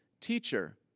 Teacher